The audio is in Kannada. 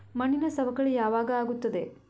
ಮಣ್ಣಿನ ಸವಕಳಿ ಯಾವಾಗ ಆಗುತ್ತದೆ?